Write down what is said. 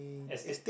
estate